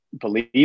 believe